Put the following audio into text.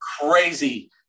Crazy